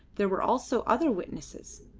there were also other witnesses.